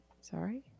Sorry